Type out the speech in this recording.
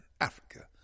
Africa